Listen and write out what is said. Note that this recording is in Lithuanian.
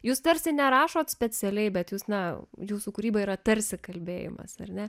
jūs tarsi nerašote specialiai bet jūs na jūsų kūryba yra tarsi kalbėjimas ir ne